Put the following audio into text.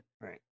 Right